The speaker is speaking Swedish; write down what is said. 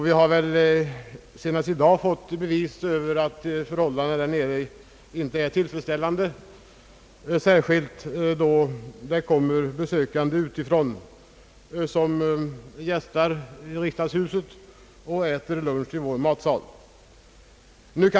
Vi har väl senast i dag fått bevis på att förhållandena där nere inte är tillfredsställande, särskilt då besökare utifrån gästar riksdagshuset och äter lunch i vår matsal.